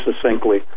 succinctly